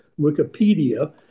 Wikipedia